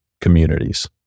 communities